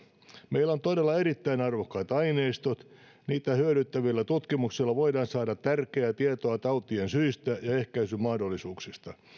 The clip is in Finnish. meillä on todella erittäin arvokkaat aineistot niitä hyödyntävillä tutkimuksilla voidaan saada tärkeää tietoa tautien syistä ja ehkäisymahdollisuuksista